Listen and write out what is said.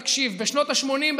תקשיב: בשנות השמונים,